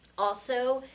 also,